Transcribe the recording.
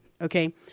okay